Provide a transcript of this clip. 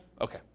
Okay